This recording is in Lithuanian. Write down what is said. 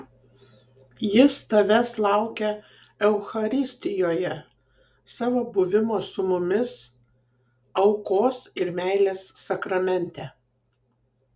jis tavęs laukia eucharistijoje savo buvimo su mumis aukos ir meilės sakramente